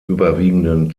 überwiegenden